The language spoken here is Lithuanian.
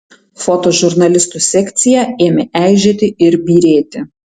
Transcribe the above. fotožurnalistų sekcija ėmė eižėti ir byrėti